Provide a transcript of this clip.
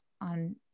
on